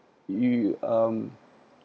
you~ um